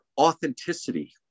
authenticity